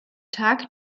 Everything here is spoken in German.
tag